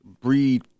breed